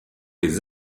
les